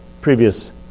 previous